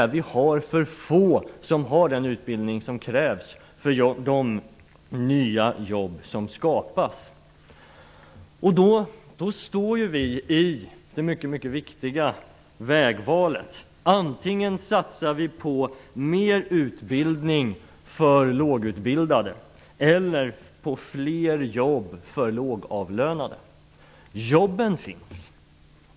Det finns alltså för få som har den utbildning som krävs för de nya jobb som skapas. Då står vi i ett mycket viktigt vägval. Antingen satsar vi på mer utbildning för lågutbildade eller på fler jobb för lågavlönade. Jobben finns.